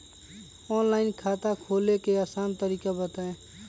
Online खाता खोले के आसान तरीका बताए?